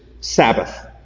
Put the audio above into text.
Sabbath